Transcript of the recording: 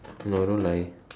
no don't lie